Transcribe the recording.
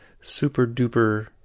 super-duper